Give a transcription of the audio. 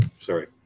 sorry